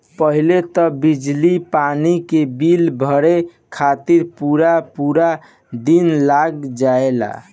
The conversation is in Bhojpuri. पहिले तअ बिजली पानी के बिल भरे खातिर पूरा पूरा दिन लाग जाए